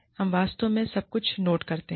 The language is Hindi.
हम वास्तव में सब कुछ नोट करते हैं